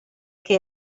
che